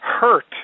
hurt